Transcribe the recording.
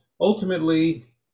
ultimately